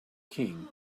king